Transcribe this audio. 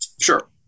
Sure